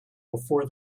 before